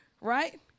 right